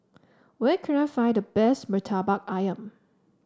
where can I find the best Murtabak ayam